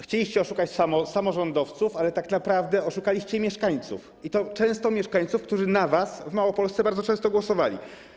Chcieliście oszukać samorządowców, ale tak naprawdę oszukaliście mieszkańców - i to często mieszkańców, którzy na was w Małopolsce bardzo często głosowali.